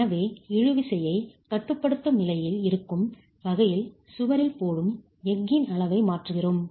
எனவே இழு விசையைகட்டுப்படுத்தும் நிலையில் இருக்கும் வகையில் சுவரில் போடும் எஃகின் அளவை மாற்றுகிறோம்